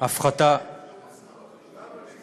אני מתקן את דברי: